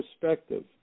perspective